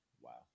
Wow